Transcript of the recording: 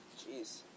Jeez